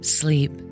sleep